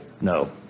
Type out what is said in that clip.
No